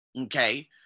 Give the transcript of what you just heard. okay